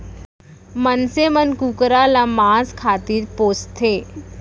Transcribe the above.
मनसे मन कुकरा ल मांस खातिर पोसथें